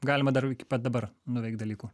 galima dar iki pat dabar nuveikt dalykų